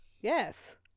Yes